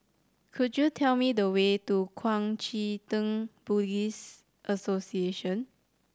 could you tell me the way to Kuang Chee Tng Buddhist Association